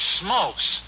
smokes